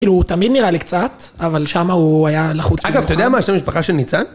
כאילו הוא תמיד נראה לי קצת, אבל שם הוא היה לחוץ במיוחד. אגב, אתה יודע מה השם משפחה של ניצן?